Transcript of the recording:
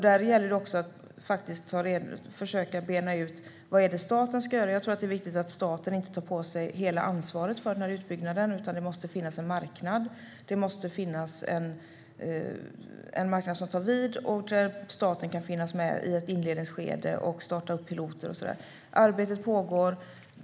Där gäller det också att bena ut vad staten ska göra. Det är viktigt att staten inte tar på sig hela ansvaret för utbyggnaden, utan det måste finnas en marknad som tar vid och där staten kan vara med i ett inledningsskede och starta upp pilotförsök och sådant. Arbetet pågår.